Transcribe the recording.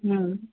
हम्म